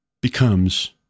becomes